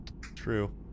True